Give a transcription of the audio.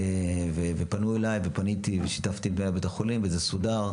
ופנו אליי, ופניתי ושיתפתי בבית החולים וזה סודר.